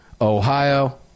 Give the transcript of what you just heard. Ohio